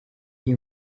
iyi